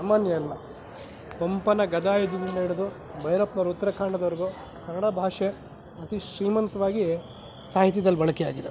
ಸಾಮಾನ್ಯ ಅಲ್ಲ ಪಂಪನ ಗಧಾಯುದ್ಧದಿಂದ ಹಿಡಿದು ಭೈರಪ್ಪನವರ ಉತ್ತರಕಾಂಡದವರೆಗೂ ಕನ್ನಡ ಭಾಷೆ ಅತಿ ಶ್ರೀಮಂತವಾಗಿ ಸಾಹಿತ್ಯದಲ್ಲಿ ಬಳಕೆಯಾಗಿದೆ